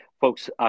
Folks